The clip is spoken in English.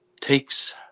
takes